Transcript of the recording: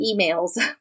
emails